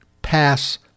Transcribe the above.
Pass